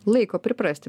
laiko priprasti